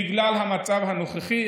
בגלל המצב הנוכחי.